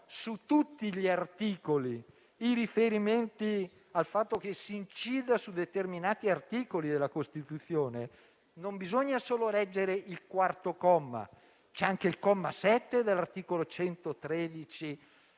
su tutti gli articoli, i riferimenti al fatto che si incida su determinati articoli della Costituzione, non bisogna solo leggere il comma 4, ma anche il comma 7 dell'articolo 113